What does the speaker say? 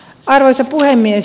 arvoisa puhemies